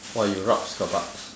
!wah! you rabs kebabs